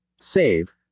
save